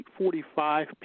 8.45